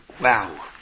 wow